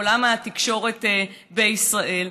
בעולם התקשורת בישראל.